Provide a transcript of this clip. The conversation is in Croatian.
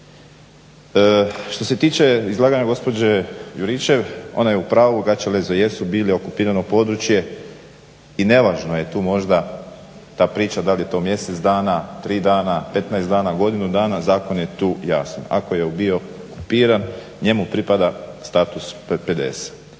Što se tiče izlaganja gospođe Juričev, ona je u pravu Gačelezi jesu bile okupirano područje i ne važno je tu možda ta priča da li je to mjesec dana, 3 dana, 15 dana, godinu dana, zakon je tu jasan. Ako je bio okupiran njemu pripada status PDS.